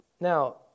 Now